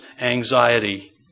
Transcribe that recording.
anxiety